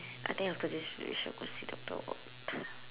I think after this we should go see doctor